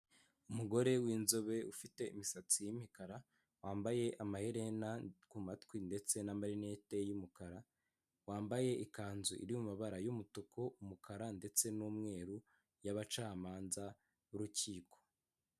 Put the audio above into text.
Ababyeyi beza cyane bigaragara ko harimo abanyamahanga baje bagana, u Rwanda bakirwa na madamu minisitiri Oda Gasinzigwa, turahabona ifoto nziza bari mu biro idarapo ry'igihugu cyacu basa nk'aho ibyo baganiriye byemejwe kandi ba byishimiwe ku mpande zombi.